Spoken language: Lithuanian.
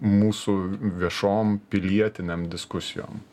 mūsų viešom pilietinėm diskusijom